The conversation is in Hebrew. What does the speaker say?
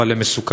אבל הם מסוכנים,